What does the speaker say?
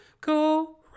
go